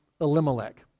Elimelech